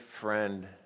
friend